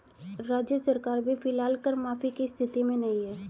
राज्य सरकार भी फिलहाल कर माफी की स्थिति में नहीं है